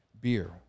Beer